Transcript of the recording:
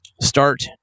start